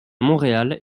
montréal